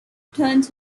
turns